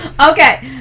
Okay